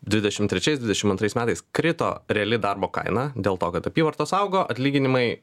dvidešimt trečiais dvidešimt antrais metais krito reali darbo kaina dėl to kad apyvartos augo atlyginimai